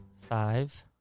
five